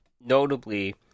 Notably